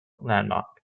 landmark